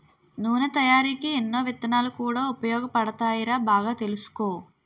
నూనె తయారికీ ఎన్నో విత్తనాలు కూడా ఉపయోగపడతాయిరా బాగా తెలుసుకో